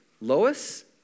Lois